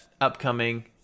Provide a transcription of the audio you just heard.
upcoming